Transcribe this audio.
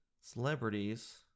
Celebrities